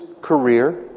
career